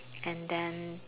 and then